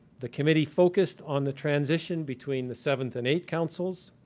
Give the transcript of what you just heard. the committee focused on the transition between the seventh and eighth councils.